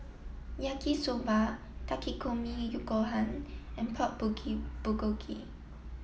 Yaki Soba Takikomi Gohan and Pork Bulgogi